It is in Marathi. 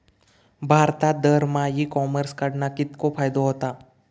भारतात दरमहा ई कॉमर्स कडणा कितको फायदो होता?